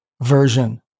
version